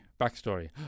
backstory